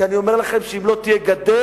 כי אני אומר לכם שאם לא תהיה גדר,